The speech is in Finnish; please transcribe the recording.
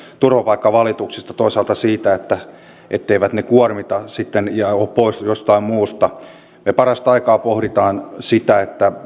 turvapaikkavalituksista toisaalta siitä etteivät ne kuormita sitten ja ole pois jostain muusta me parasta aikaa pohdimme sitä että